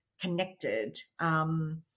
connected